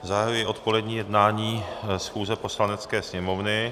Zahajuji odpolední jednání schůze Poslanecké sněmovny.